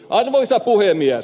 arvoisa puhemies